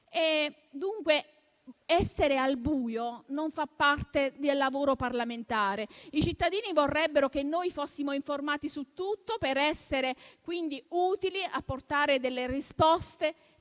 chiaro. Essere al buio non fa parte del lavoro parlamentare. I cittadini vorrebbero che noi fossimo informati su tutto per essere quindi utili e portare delle risposte